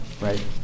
Right